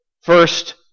First